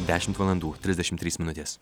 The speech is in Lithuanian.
dešimt valandų trisdešim trys minutės